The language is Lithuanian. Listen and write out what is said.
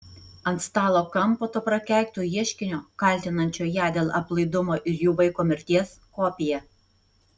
ant stalo kampo to prakeikto ieškinio kaltinančio ją dėl aplaidumo ir jų vaiko mirties kopija